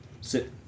sit